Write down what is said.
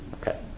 Okay